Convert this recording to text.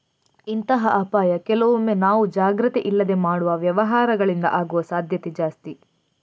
ಇಂತಹ ಅಪಾಯ ಕೆಲವೊಮ್ಮೆ ನಾವು ಜಾಗ್ರತೆ ಇಲ್ಲದೆ ಮಾಡುವ ವ್ಯವಹಾರಗಳಿಂದ ಆಗುವ ಸಾಧ್ಯತೆ ಜಾಸ್ತಿ